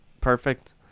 perfect